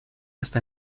está